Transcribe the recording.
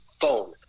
phone